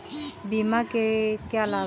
बीमा के क्या लाभ हैं?